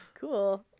Cool